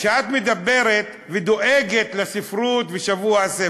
כשאת מדברת ודואגת לספרות ושבוע הספר: